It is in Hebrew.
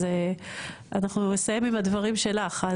אז אנחנו נסיים עם הדברים שלך.